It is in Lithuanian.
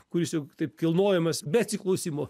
kuris jau taip kilnojamas be atsiklausimo